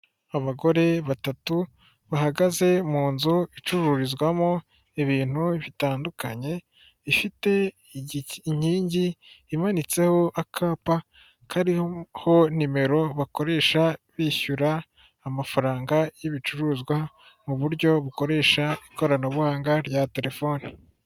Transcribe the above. Abagore batatu, bahagaze mu nzu icururizwamo ibintu bitandukanye, ifite inkingi imanitseho akapa kariho nimero bakoresha bishyura amafaranga y'ibicuruzwa mu buryo bukoresha ikoranabuhanga rya terefoni.